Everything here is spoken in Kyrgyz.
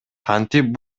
кантип